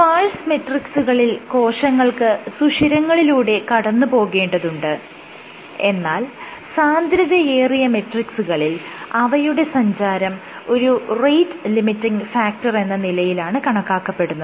sparse മെട്രിക്സുകളിൽ കോശങ്ങൾക്ക് സുഷിരങ്ങളിലൂടെ കടന്നുപോകേണ്ടതുണ്ട് എന്നാൽ സാന്ദ്രതയേറിയ മെട്രിക്സുകളിൽ അവയുടെ സഞ്ചാരം ഒരു റേറ്റ് ലിമിറ്റിങ് ഫാക്ടർ എന്ന നിലയിലാണ് കണക്കാക്കപ്പെടുന്നത്